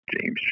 James